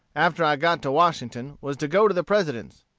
after i got to washington, was to go to the president's.